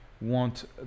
want